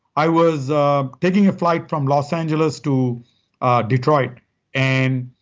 i was taking a flight from los angeles to detroit and